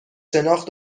شناخت